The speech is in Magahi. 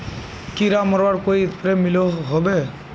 कीड़ा मरवार कोई स्प्रे मिलोहो होबे?